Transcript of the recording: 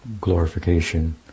glorification